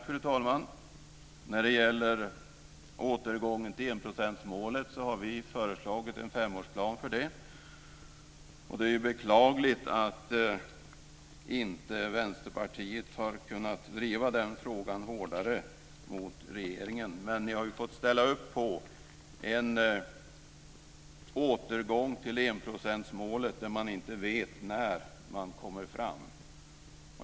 Fru talman! När det gäller återgången till enprocentsmålet har vi föreslagit en femårsplan. Det är beklagligt att Vänsterpartiet inte har kunnat driva den frågan hårdare gentemot regeringen. Men ni har fått ställa upp på en återgång till enprocentsmålet där man inte vet när man kommer fram.